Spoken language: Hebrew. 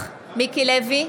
מיקי לוי,